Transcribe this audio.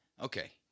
Okay